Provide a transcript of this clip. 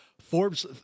Forbes